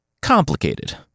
complicated